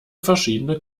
verschiedene